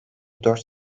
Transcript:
dört